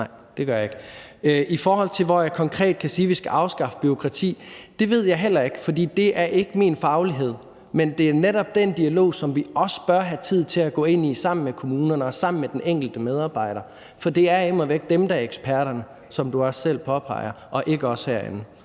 I forhold til hvor jeg konkret kan sige vi skal afskaffe bureaukrati, ved jeg det heller ikke, for det er ikke min faglighed. Men det er netop den dialog, som vi også bør have tid til at gå ind i sammen med kommunerne og sammen med den enkelte medarbejder, for det er immer væk dem, der er eksperterne, som du også selv påpeger, og ikke os herinde.